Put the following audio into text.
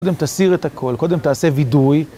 קודם תסיר את הכל, קודם תעשה וידוי.